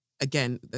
Again